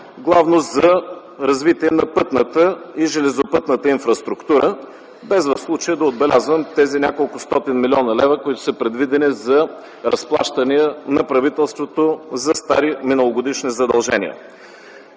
главно за развитие на пътната и железопътната инфраструктура, без в случая да отбелязвам тези няколкостотин милиона лева, които са предвидени за разплащания на правителството за стари, миналогодишни задължения.